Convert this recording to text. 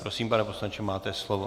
Prosím, pane poslanče, máte slovo.